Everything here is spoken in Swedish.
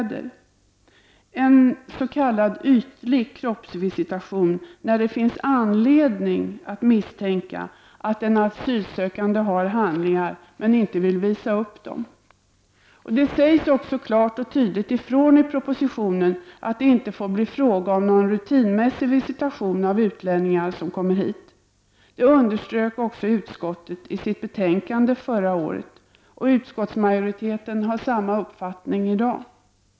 Det är en s.k. ytlig kroppsvisitation som skall kunna göras när det finns anledning att misstänka att den asylsökande har handlingar, men inte vill visa upp dem. Det sägs klart och tydligt ifrån i propositionen att det inte får bli fråga om någon rutinmässig visitation av utlänningar som kommer hit. Det underströk också utskottet i sitt betänkande förra året, och utskottsmajoriteten har samma uppfattning i dag.